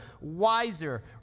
wiser